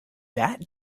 that